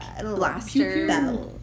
blaster